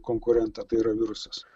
konkurentą tai yra virusas